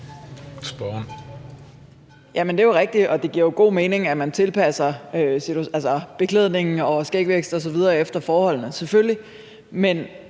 det er jo rigtigt, og det giver god mening, at man tilpasser beklædning og skægvækst osv. efter forholdene,